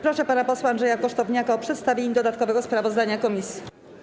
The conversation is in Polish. Proszę pana posła Andrzeja Kosztowniaka o przedstawienie dodatkowego sprawozdania komisji.